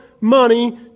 money